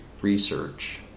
research